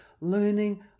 learning